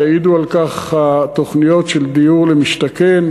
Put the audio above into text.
ויעידו על כך התוכניות של דיור למשתכן,